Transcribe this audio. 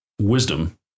wisdom